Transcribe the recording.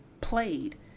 played